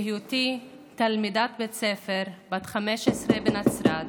בהיותי תלמידת בית ספר בת 15 בנצרת,